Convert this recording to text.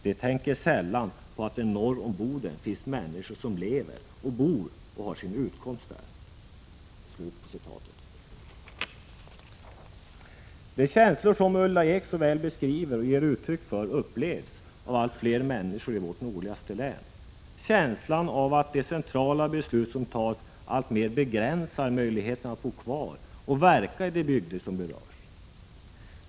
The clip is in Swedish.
De tänker sällan på att det norr om Boden finns människor som lever och bor och har sin utkomst där.” De känslor som Ulla Ekh så väl beskriver och ger uttryck för upplevs av allt fler människor i vårt nordligaste län. De har känslan av att de centrala beslut som fattas alltmer begränsar möjligheten att bo kvar och att verka i de bygder som berörs.